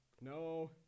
no